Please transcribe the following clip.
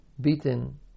beaten